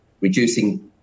reducing